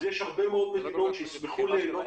אז יש הרבה מאוד מדינות שישמחו ליהנות